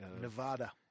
Nevada